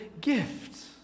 gift